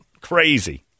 Crazy